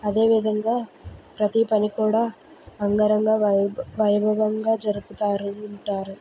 అదేవిధంగా ప్రతి పని కూడా అంగరంగ వై వైభవంగా జరుపుతారు ఉంటారు